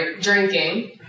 drinking